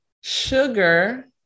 sugar